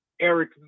eric